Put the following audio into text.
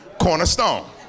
cornerstone